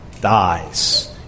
dies